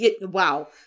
wow